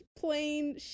plain